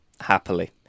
Happily